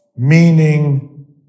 Meaning